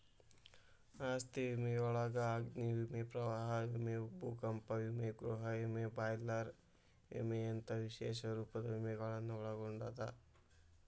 ಆಸ್ತಿ ವಿಮೆಯೊಳಗ ಅಗ್ನಿ ವಿಮೆ ಪ್ರವಾಹ ವಿಮೆ ಭೂಕಂಪ ವಿಮೆ ಗೃಹ ವಿಮೆ ಬಾಯ್ಲರ್ ವಿಮೆಯಂತ ವಿಶೇಷ ರೂಪದ ವಿಮೆಗಳನ್ನ ಒಳಗೊಂಡದ